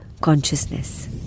consciousness